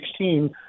2016